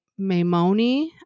Maimoni